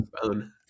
phone